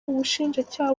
ubushinjacyaha